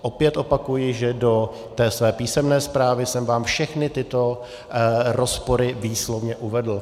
Opět opakuji, že do té své písemné zprávy jsem vám všechny tyto rozpory výslovně uvedl.